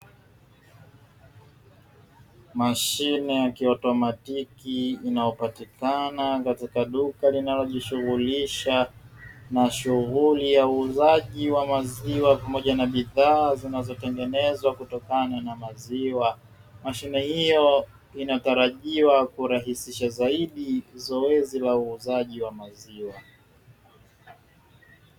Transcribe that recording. Mashine ya kiatomatiki inayopatikana katika duka linalojishughulisha na shughuli ya uuzaji wa maziwa pamoja na bidhaa zinazotengenezwa kutokana na maziwa. Mashine hiyo inatarajiwa kurahisisha zaidi zoezi la uuzaji wa maziwa.